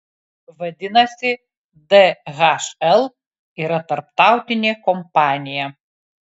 vadinasi dhl yra tarptautinė kompanija